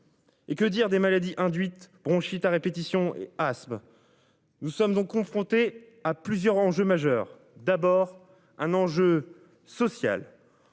Et que dire des maladies induites bronchites à répétition asthme. Nous sommes donc confrontés à plusieurs enjeux majeurs, d'abord un enjeu social.